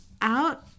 Out